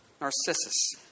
Narcissus